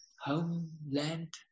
Homeland